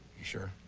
you sure?